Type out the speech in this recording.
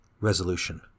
Resolution